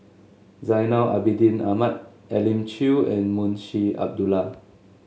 Zainal Abidin Ahmad Elim Chew and Munshi Abdullah